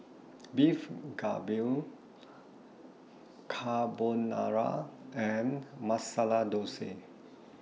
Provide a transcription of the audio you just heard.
Beef Galbi Carbonara and Masala Dosa